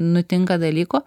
nutinka dalykų